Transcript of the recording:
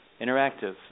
interactive